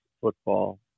football